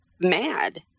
mad